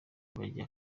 barya